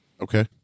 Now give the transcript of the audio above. Okay